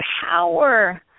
power